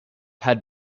had